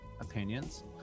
opinions